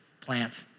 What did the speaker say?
plant